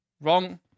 wrong